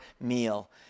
meal